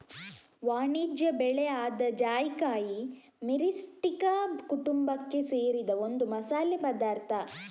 ವಾಣಿಜ್ಯ ಬೆಳೆ ಆದ ಜಾಯಿಕಾಯಿ ಮಿರಿಸ್ಟಿಕಾ ಕುಟುಂಬಕ್ಕೆ ಸೇರಿದ ಒಂದು ಮಸಾಲೆ ಪದಾರ್ಥ